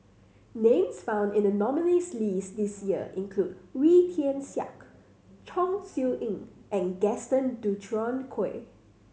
names found in the nominees' list this year include Wee Tian Siak Chong Siew Ying and Gaston Dutronquoy